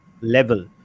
level